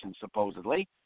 supposedly